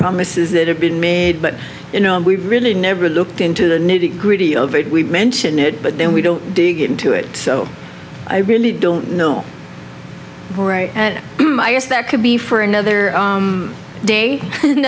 promises that have been made but you know we've really never looked into the nitty gritty of it we mention it but then we don't dig into it so i really don't know right and i guess that could be for another day